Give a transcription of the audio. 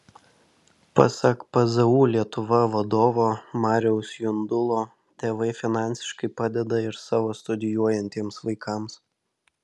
pasak pzu lietuva vadovo mariaus jundulo tėvai finansiškai padeda ir savo studijuojantiems vaikams